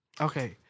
Okay